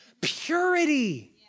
Purity